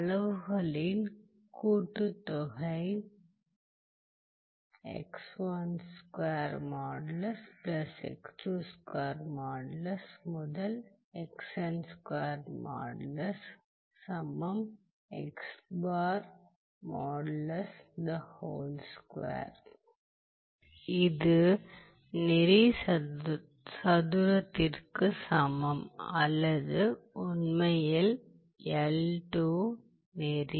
அளவுகளின் கூட்டுத்தொகை இது நெறி சதுரத்திற்கு சமம் அல்லது உண்மையில் l2 நெறி